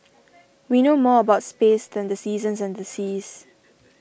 we know more about space than the seasons and the seas